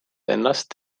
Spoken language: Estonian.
ennast